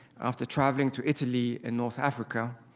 after traveling to italy and north africa,